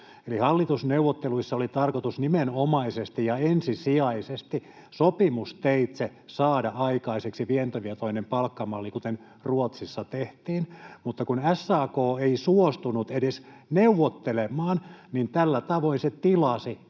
Eli hallitusneuvotteluissa oli tarkoitus nimenomaisesti ja ensisijaisesti sopimusteitse saada aikaiseksi vientivetoinen palkkamalli, kuten Ruotsissa tehtiin, mutta kun SAK ei suostunut edes neuvottelemaan, niin tällä tavoin se tilasi